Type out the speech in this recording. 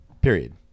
Period